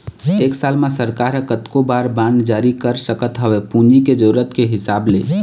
एक साल म सरकार ह कतको बार बांड जारी कर सकत हवय पूंजी के जरुरत के हिसाब ले